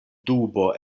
dubo